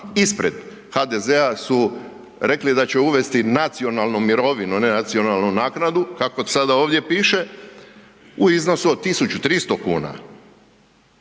ispred HDZ-a su rekli da će uvesti nacionalnu mirovinu, a ne nacionalnu naknadu, kako sada ovdje piše, u iznosu od 1300 kuna.